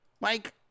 mike